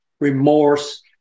remorse